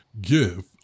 give